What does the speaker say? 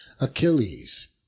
Achilles